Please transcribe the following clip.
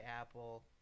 apple